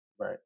Right